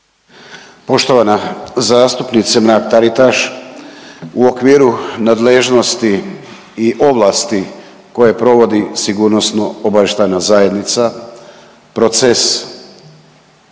Poštovana zastupnice Mrak Taritaš. U okviru nadležnosti i ovlasti koje provodi sigurnosno-obavještajne zajednica, proces